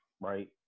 Right